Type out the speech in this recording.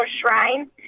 Shrine